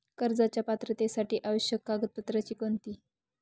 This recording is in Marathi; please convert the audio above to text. कर्जाच्या पात्रतेसाठी आवश्यक कागदपत्रे कोणती?